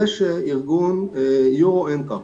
יש ארגון Euro NCAP,